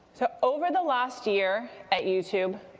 so over the last year at youtube,